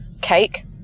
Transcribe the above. cake